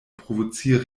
provoziere